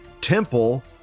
temple